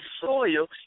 soil